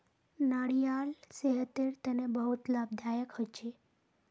नारियाल सेहतेर तने बहुत लाभदायक होछे